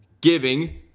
giving